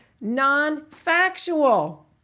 non-factual